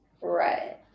Right